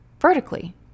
vertically